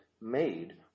made